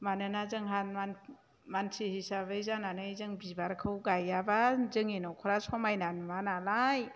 मानोना जोंहा मानसि हिसाबै जानानै जों बिबारखौ गायाब्ला जोंनि न'खरा समायना नुवानालाय